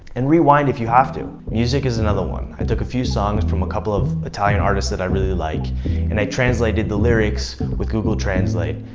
and rewind if you have to. music is another one. i took a few songs from a couple of italian artists that i really like and i translated the lyrics with google translate.